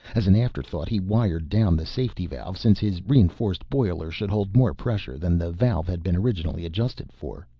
as an afterthought he wired down the safety valve since his reinforced boiler should hold more pressure than the valve had been originally adjusted for.